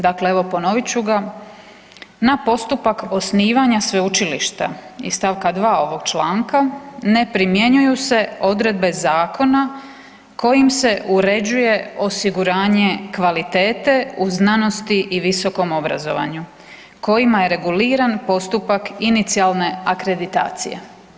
Dakle, evo ponovit ću ga, ma postupak osnivanja sveučilišta iz stavka 2. ovog članka ne primjenjuju se odredbe zakona kojim se uređuje osiguranje kvalitete u znanosti i visokom obrazovanju kojima je reguliran postupak inicijalne akreditacije.